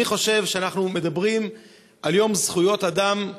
אני חושב שכשאנחנו מדברים על יום זכויות אדם,